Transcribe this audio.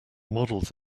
models